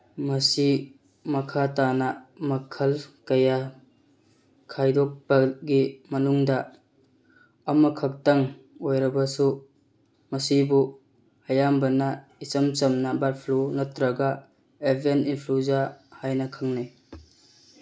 ꯃꯁꯤ ꯃꯈꯥ ꯇꯥꯅ ꯃꯈꯜ ꯀꯌꯥ ꯈꯥꯏꯗꯣꯛꯄꯒꯤ ꯃꯅꯨꯡꯗ ꯑꯃꯈꯛꯇꯪ ꯑꯣꯏꯔꯕꯁꯨ ꯃꯁꯤꯕꯨ ꯑꯌꯥꯝꯕꯅ ꯏꯆꯝ ꯆꯝꯅ ꯕꯔꯠ ꯐ꯭ꯂꯨ ꯅꯠꯇ꯭ꯔꯒ ꯑꯦꯚꯤꯌꯟ ꯏꯐ꯭ꯂꯨꯖꯥ ꯍꯥꯏꯅ ꯈꯪꯅꯩ